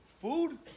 food